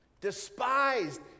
despised